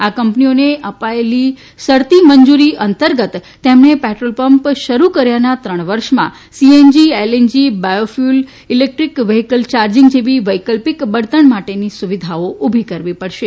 આ કંપનીઓને અપાયેલી શરતી મંજુરી અંતર્ગત તેમણે પેટ્રોલ પંપ શરૂ કર્યાના ત્રણ વર્ષમાં CNG LNG bio fuel electric vehicle યાર્મીંગ જેવી વૈકલ્પીક બળતણ માટેની સુવિધાઓ ઉભી કરવી પડશે